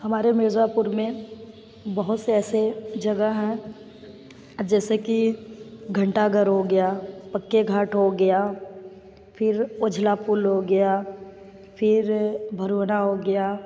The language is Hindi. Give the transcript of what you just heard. हमारे मिर्ज़ापुर में बहुत से ऐसे जगह हैं जैसे कि घंटाघर हो गया पक्के घाट हो गया फिर उजला पुल हो गया फिर भड़ौडा हो गया